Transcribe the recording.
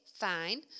Fine